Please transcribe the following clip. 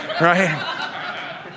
right